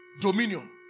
Dominion